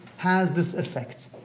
has this effect,